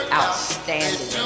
outstanding